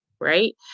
Right